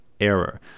error